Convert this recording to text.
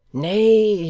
nay,